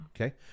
Okay